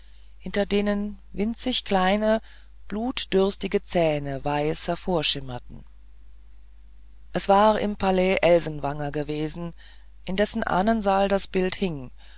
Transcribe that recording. hinter denen winzig kleine blutdürstige zähne weiß hervorschimmerten es war im palais elsenwanger gewesen in dessen ahnensaal das bildnis hing